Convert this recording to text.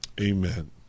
Amen